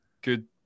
good